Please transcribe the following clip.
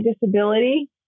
disability